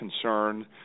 concern